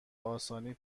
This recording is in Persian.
آسانی